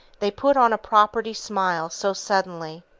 they put on a property smile so suddenly,